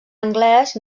anglès